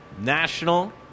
National